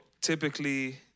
Typically